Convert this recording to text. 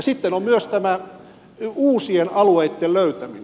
sitten on myös tämä uusien alueitten löytäminen